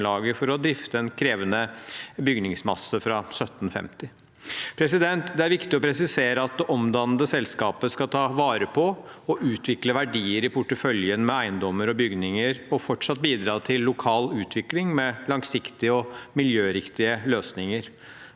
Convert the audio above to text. for å drifte en krevende bygningsmasse fra 1750. Det er viktig å presisere at det omdannede selskapet skal ta vare på og utvikle verdier i porteføljen med eiendommer og bygninger og fortsatt bidra til lokal utvikling med langsiktige og miljøriktige løsninger.